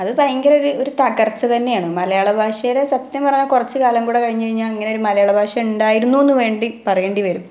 അത് ഭയങ്കരമൊരു ഒരു തകർച്ച തന്നെയാണ് മലയാള ഭാഷയുടെ സത്യം പറഞ്ഞാല് കുറച്ച് കാലം കൂടെ കഴിഞ്ഞ് കഴിഞ്ഞാല് ഇങ്ങനെയൊരു മലയാള ഭാഷ ഉണ്ടായിരുന്നു എന്ന് വേണ്ടി പറയേണ്ടിവരും